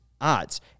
odds